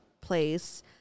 place